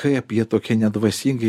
kaip jie tokie nedvasingi